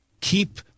keep